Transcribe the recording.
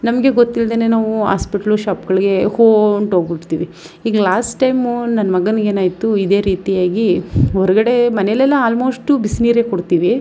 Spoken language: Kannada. ನಮಗೆ ಗೊತ್ತಿಲ್ದೇ ನಾವು ಆಸ್ಪೆಟ್ಲ್ ಶಾಪುಗಳಿಗೆ ಹೊಂಟೋಗ್ಬಿಡ್ತೀವಿ ಈಗ ಲಾಸ್ಟ್ ಟೈಮು ನನ್ನ ಮಗನಿಗೇನಾಯಿತು ಇದೇ ರೀತಿಯಾಗಿ ಹೊರಗಡೆ ಮನೆಯಲ್ಲೆಲ್ಲ ಆಲ್ಮೋಸ್ಟು ಬಿಸಿ ನೀರೇ ಕೊಡ್ತೀವಿ